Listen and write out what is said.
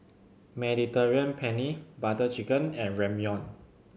Mediterranean Penne Butter Chicken and Ramyeon